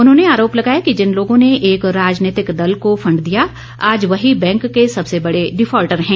उन्होंने आरोप लगाया कि जिन लोगों ने एक राजनीतिक दल को फंड दिया आज वही बैंक के सबसे बड़े डिफाल्टर हैं